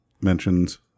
mentions